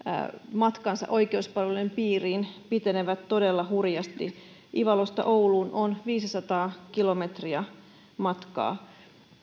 matkansa oikeuspalveluiden piiriin pitenevät todella hurjasti ivalosta ouluun on viisisataa kilometriä matkaa